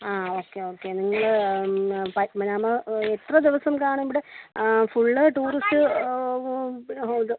ആ okay okay നിങ്ങൾ പദ്മനാഭ എത്ര ദിവസം കാണും ഇവിടെ ആ ഫുൾ ടൂറിസ്റ്റ് ഇത്